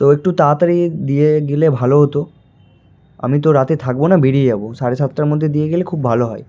তো একটু তাড়াতাড়ি দিয়ে গেলে ভালো হতো আমি তো রাতে থাকবো না বেরিয়ে যাবো সাড়ে সাতটার মধ্যে দিয়ে গেলে খুব ভালো হয়